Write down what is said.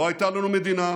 לא הייתה לנו מדינה,